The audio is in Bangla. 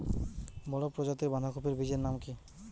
বড় প্রজাতীর বাঁধাকপির বীজের নাম কি?